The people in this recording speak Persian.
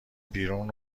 بیرون